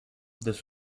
this